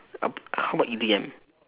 a b~ how about E_D_M